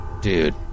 dude